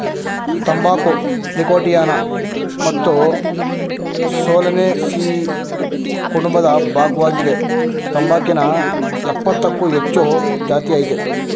ತಂಬಾಕು ನೀಕೋಟಿಯಾನಾ ಮತ್ತು ಸೊಲನೇಸಿಯಿ ಕುಟುಂಬದ ಭಾಗ್ವಾಗಿದೆ ತಂಬಾಕಿನ ಯಪ್ಪತ್ತಕ್ಕೂ ಹೆಚ್ಚು ಜಾತಿಅಯ್ತೆ